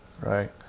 right